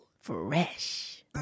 Fresh